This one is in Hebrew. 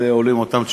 אלה עונים אותן תשובות,